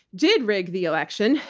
did rig the election,